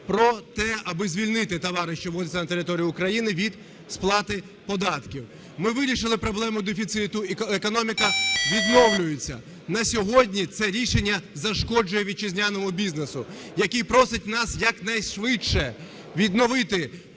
про те, аби звільнити товари, що ввозяться на територію України, від сплати податків. Ми вирішили проблему дефіциту, економіка відновлюється. На сьогодні це рішення зашкоджує вітчизняному бізнесу, який просить нас якнайшвидше відновити